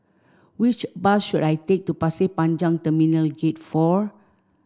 which bus should I take to Pasir Panjang Terminal Gate Four